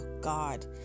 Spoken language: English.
God